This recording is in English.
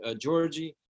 Georgie